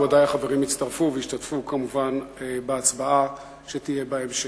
ודאי החברים יצטרפו וישתתפו כמובן בהצבעה שתהיה בהמשך.